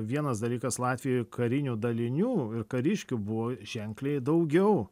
vienas dalykas latvijoj karinių dalinių ir kariškių buvo ženkliai daugiau